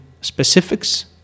specifics